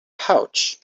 pouch